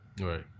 Right